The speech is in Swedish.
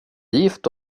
gifte